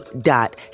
dot